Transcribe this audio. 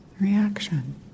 reaction